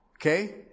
Okay